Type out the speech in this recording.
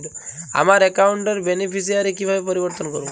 আমার অ্যাকাউন্ট র বেনিফিসিয়ারি কিভাবে পরিবর্তন করবো?